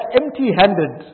empty-handed